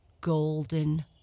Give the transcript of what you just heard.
golden